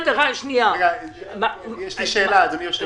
מה עמדת השר?